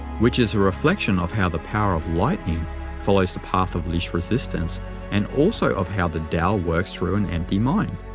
which is a reflection of how the power of lightning follows the path of least resistance and also of how the tao works through an empty mind.